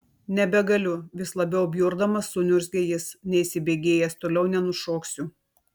nebegaliu vis labiau bjurdamas suniurzgė jis neįsibėgėjęs toliau nenušoksiu